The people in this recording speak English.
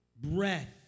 breath